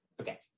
Okay